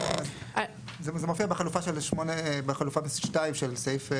זה מופיע בחלופה (2) של סעיף (8),